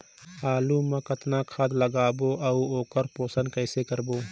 आलू मा कतना खाद लगाबो अउ ओकर पोषण कइसे करबो?